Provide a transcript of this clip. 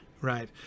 right